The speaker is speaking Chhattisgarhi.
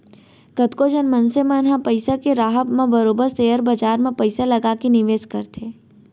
कतको झन मनसे मन ह पइसा के राहब म बरोबर सेयर बजार म पइसा लगा के निवेस करथे